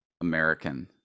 American